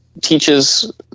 teaches